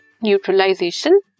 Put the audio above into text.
neutralization